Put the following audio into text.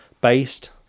based